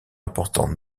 importantes